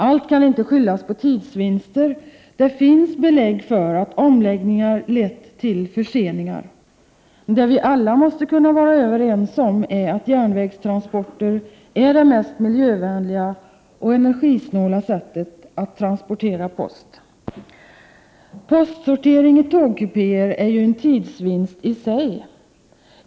Allt kan inte skyllas på tidsvinster. Det finns belägg för att omläggningar lett till förseningar. Det vi alla måste kunna vara överens om är att järnvägstransporter är det mest miljövänliga och energisnåla sättet att transportera post. Postsortering i tågkupéer är ju en tidsvinst i sig.